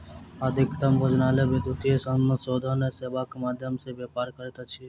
अधिकतम भोजनालय विद्युतीय समाशोधन सेवाक माध्यम सॅ व्यापार करैत अछि